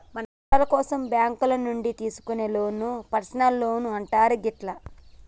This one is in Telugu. మన అవసరాల కోసం బ్యేంకుల నుంచి తీసుకునే లోన్లను పర్సనల్ లోన్లు అంటారు గిట్లా